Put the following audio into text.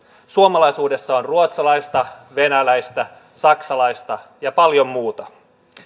suomalaisuudessa on ruotsalaista venäläistä saksalaista ja paljon muuta